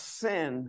sin